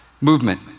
movement